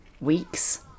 weeks